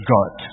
God